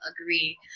agree